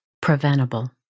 preventable